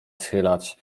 schylać